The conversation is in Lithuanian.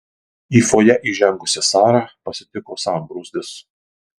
į fojė įžengusią sarą pasitiko sambrūzdis